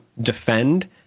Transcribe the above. defend